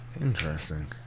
Interesting